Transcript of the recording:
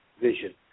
vision